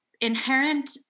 inherent